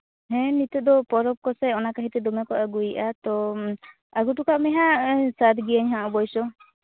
ᱦᱮᱸ ᱱᱤᱛᱳᱜ ᱫᱚ ᱯᱚᱨᱚᱵᱽ ᱠᱚᱥᱮ ᱚᱱᱟ ᱠᱷᱟᱹᱛᱤᱨᱛᱮ ᱫᱚᱢᱮ ᱠᱚ ᱟᱹᱜᱩᱭᱮᱫᱟ ᱛᱚ ᱟᱹᱜᱩ ᱦᱚᱴᱚᱠᱟᱜ ᱢᱮ ᱦᱟᱸᱜ ᱥᱟᱹᱛ ᱜᱤᱭᱟᱹᱧ ᱦᱟᱸᱜ ᱚᱵᱵᱚᱥᱥᱳᱭ